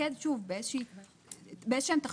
להתמקד שוב באיזה שהם תכשירים,